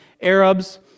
Arabs